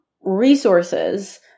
resources